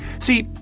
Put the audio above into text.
see,